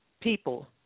people